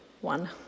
one